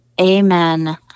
Amen